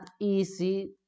easy